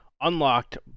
unlocked